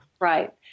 Right